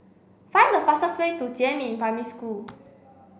find the fastest way to Jiemin Primary School